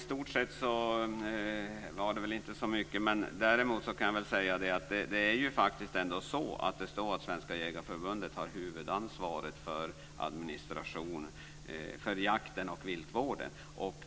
Fru talman! Det står faktiskt att Svenska Jägareförbundet har huvudansvaret för administration av jakten och viltvården.